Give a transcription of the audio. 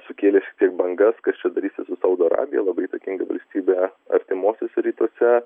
sukėlė šiek tiek bangas kas čia darysis su saudo arabija labai įtakinga valstybė artimuosiuose rytuose